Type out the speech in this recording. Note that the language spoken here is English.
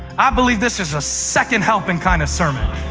i believe this is a second helping kind of sermon.